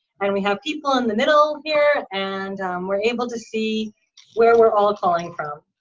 and we have people in the middle here, and we're able to see where we're all calling from.